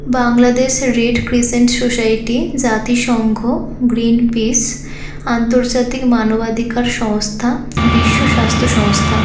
Bangladesh red crescent society জাতিসংঘ Greenpeace আন্তর্জাতিক মানবাধিকার সংস্থা বিশ্ব স্বাস্থ্য সংস্থা